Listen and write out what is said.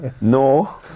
No